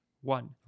One